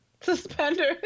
Suspenders